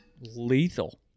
lethal